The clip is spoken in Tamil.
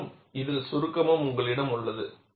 மேலும் இதில் சுருக்கமும் உங்களிடம் உள்ளது